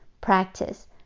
practice